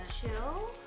Chill